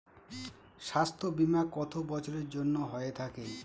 স্বাস্থ্যবীমা কত বছরের জন্য হয়ে থাকে?